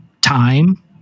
time